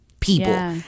people